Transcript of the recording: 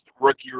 rookie